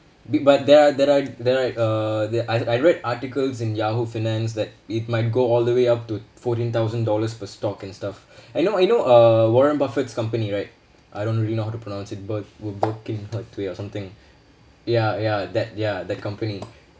bit but there are there are there are uh there I I read articles in yahoo finance that it might go all the way up to forteen thousand dollars per stock and stuff I know I know uh warren buffett's company right I don't really know how to pronounce it ber~ we're berkin ha~ way or something ya ya that ya that company